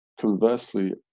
conversely